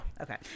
okay